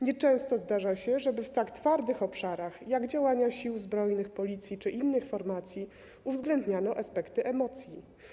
Nieczęsto zdarza się, żeby w tak twardych obszarach jak obszary działania Sił Zbrojnych, Policji czy innych formacji uwzględniano aspekt emocji.